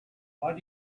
what